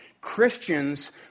Christians